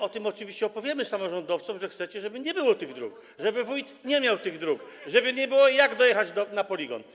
Oczywiście powiemy samorządowcom, że chcecie, żeby nie było tych dróg, żeby wójt nie miał tych dróg, żeby nie było jak dojechać na poligon.